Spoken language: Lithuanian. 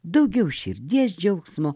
daugiau širdies džiaugsmo